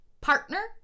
partner